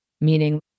meaning